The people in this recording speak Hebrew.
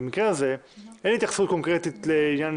במקרה הזה אין התייחסות קונקרטית לעניין